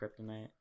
kryptonite